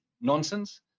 nonsense